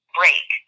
break